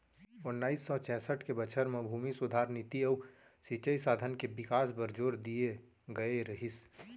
ओन्नाइस सौ चैंसठ के बछर म भूमि सुधार नीति अउ सिंचई साधन के बिकास बर जोर दिए गए रहिस